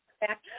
back